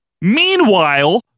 Meanwhile